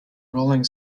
rolling